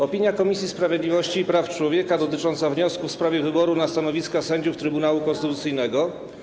Opinia Komisji Sprawiedliwości i Praw Człowieka dotycząca wniosku w sprawie wyboru na stanowiska sędziów Trybunału Konstytucyjnego.